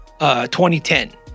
2010